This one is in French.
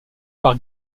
par